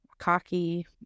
cocky